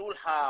סולחה,